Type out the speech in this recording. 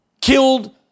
killed